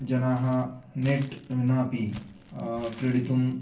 जनाः नेट् विनापि क्रीडितुम्